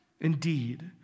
Indeed